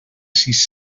sis